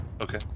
Okay